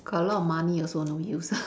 got a lot of money also no use